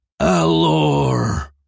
Alor